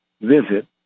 visit